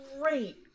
great